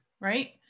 right